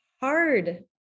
hard